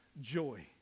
joy